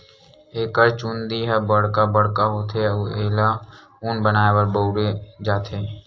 एकर चूंदी ह बड़का बड़का होथे अउ एला ऊन बनाए बर बउरे जाथे